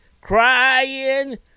crying